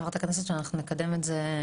חברת הכנסת שאנחנו נקדם את זה.